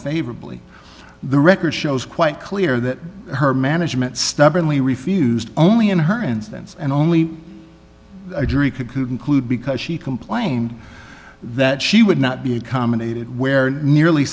favorably the record shows quite clear that her management stubbornly refused only in her instance and only a jury could include because she complained that she would not be accommodated where nearly